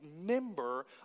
member